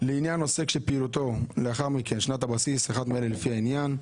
לעניין עוסק שפעילותו בשנת הבסיס אחת מאלה לפי העניין,